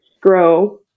grow